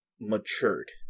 matured